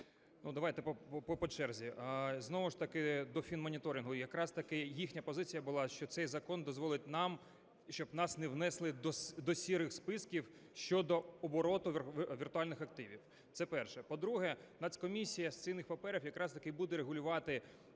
Давайте по черзі. Знову ж таки до фінмоніторингу, якраз їхня позиція була, що цей закон дозволить нам, щоб нас не внесли до "сірих" списків щодо обороту віртуальних активів. Це перше. По-друге, Нацкомісія з цінних паперів якраз таки буде регулювати